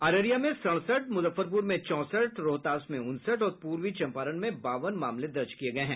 अररिया में सड़सठ मुजफ्फरपुर में चौंसठ रोहतास में उनसठ और पूर्वी चम्पारण में बावन मामले दर्ज किये गये हैं